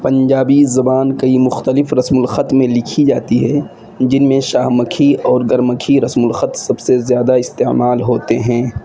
پنجابی زبان کئی مختلف رسم الخط میں لکھی جاتی ہے جن میں شاہ مکھی اور گرمکھی رسم الخط سب سے زیادہ استعمال ہوتے ہیں